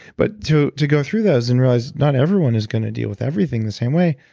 but to to go through those and realize not everyone is going to deal with everything the same way,